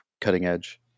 cutting-edge